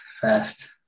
first